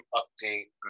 update